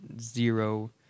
zero